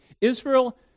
Israel